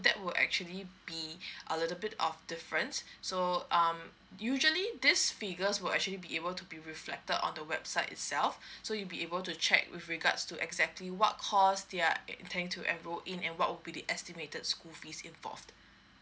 that will actually be a little bit of difference so um usually this figures will actually be able to be reflected on the website itself so you'll be able to check with regards to exactly what course they are intend to enroll in and what would be the estimated school fees involved